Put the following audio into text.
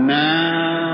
now